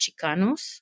Chicanos